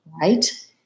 right